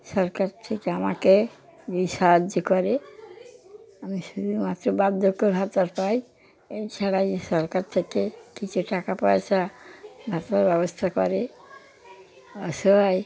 সরকার থেকে আমাকে যদি সাহায্য করে আমি শুধুমাত্র বার্ধক্য ভাতা পাই এছাড়া এই সরকার থেকে কিছু টাকা পয়সা ভাতার ব্যবস্থা করে অসহায়